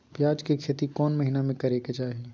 प्याज के खेती कौन महीना में करेके चाही?